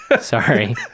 Sorry